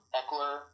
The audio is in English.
Eckler